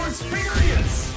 Experience